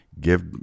give